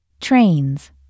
Trains